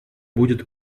будет